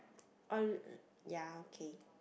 or l~ ya okay